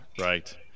Right